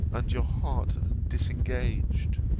and your heart disengaged?